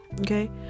Okay